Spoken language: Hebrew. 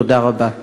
תודה רבה.